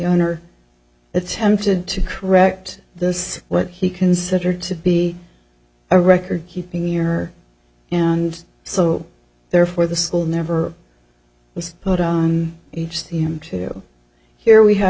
owner attempted to correct this what he considered to be a record keeping her and so therefore the school never was put on each team to hear we had